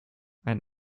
ein